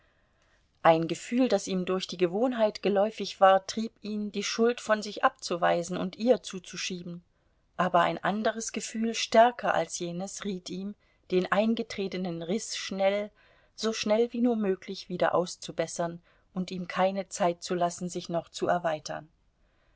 ein gefühl das ihm durch die gewohnheit geläufig war trieb ihn die schuld von sich abzuweisen und ihr zuzuschieben aber ein anderes gefühl stärker als jenes riet ihm den eingetretenen riß schnell so schnell wie nur möglich wieder auszubessern und ihm keine zeit zu lassen sich noch zu erweitern